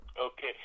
Okay